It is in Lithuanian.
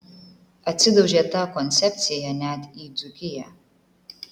atsidaužė ta koncepcija net į dzūkiją